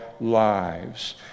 lives